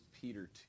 Peter